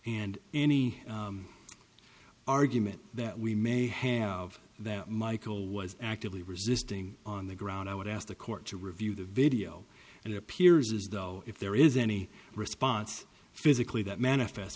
and any argument that we may have that michael was actively resisting on the ground i would ask the court to review the video and it appears as though if there is any response physically that manifest